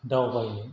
दावबायनो